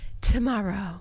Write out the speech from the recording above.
tomorrow